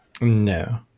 No